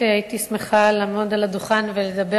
רונית תירוש,